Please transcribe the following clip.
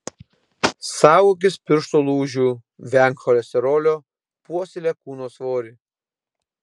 saugokis pirštų lūžių venk cholesterolio puoselėk kūno svorį